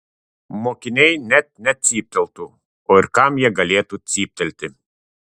mokiniai net necypteltų o ir kam jie galėtų cyptelti